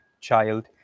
child